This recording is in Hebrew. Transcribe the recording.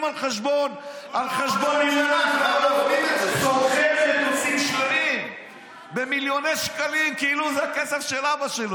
לשלם ערבויות מתי שאין לכם את הכסף.